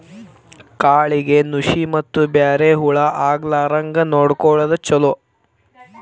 ಕಾಳಿಗೆ ನುಶಿ ಮತ್ತ ಬ್ಯಾರೆ ಹುಳಾ ಆಗ್ಲಾರಂಗ ನೊಡಕೊಳುದು ಚುಲೊ